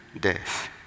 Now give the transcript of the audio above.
death